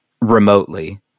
remotely